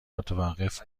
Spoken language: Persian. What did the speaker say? متوقف